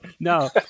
no